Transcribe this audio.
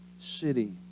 city